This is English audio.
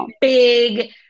big